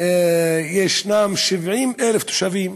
יש 70,000 תושבים